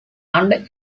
under